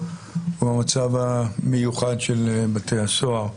הזכויות שאנחנו מדברים עליה במצב המיוחד של בתי הסוהר.